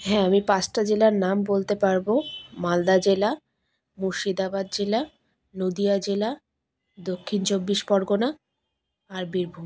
হ্যাঁ আমি পাঁচটা জেলার নাম বলতে পারবো মালদা জেলা মুর্শিদাবাদ জেলা নদীয়া জেলা দক্ষিণ চব্বিশ পরগনা আর বীরভূম